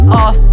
off